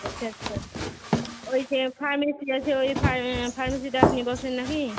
আচ্ছা আচ্ছা ওই যে ফার্মেসি আছে ওই ফার ফার্মেসিতে আপনি বসেন নাকি